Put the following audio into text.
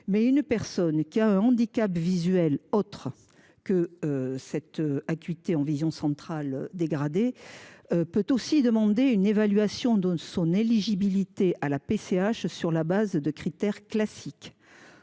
Mais des personnes qui ont un handicap visuel, autre que cette acuité en vision centrale dégradée, peuvent aussi demander une évaluation de leur éligibilité à la PCH sur la base des critères classiques,